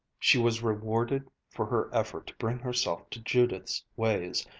she was rewarded for her effort to bring herself to judith's ways,